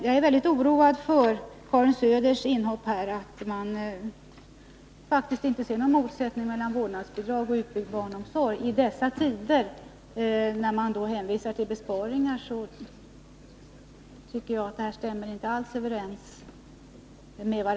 Jag är väldigt oroad över Karin Söders inhopp, när hon säger att hon faktiskt inte ser någon motsättning mellan vårdnadsbidrag och utbyggd barnomsorg. I dessa tider, när man hänvisar till besparingar, tycker jag att det inte alls stämmer.